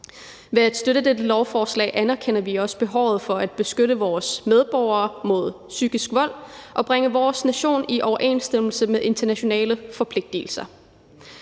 Ved at støtte dette lovforslag anerkender vi også behovet for at beskytte vores medborgere mod psykisk vold og bringe vores nation i overensstemmelse med internationale forpligtigelser.